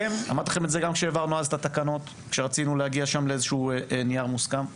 אמרתי לכם את זה גם כשהעברנו את התקנות ורצינו להגיע לנייר מוסכם.